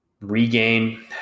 Regain